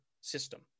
system